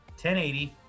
1080